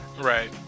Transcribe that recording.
Right